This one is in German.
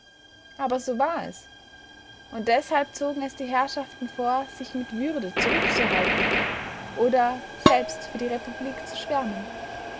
aber so war es und deshalb zogen es die herrschaften vor sich mit würde zurückzuhalten oder selbst für die republik zu schwärmen